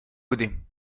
بودیم